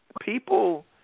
people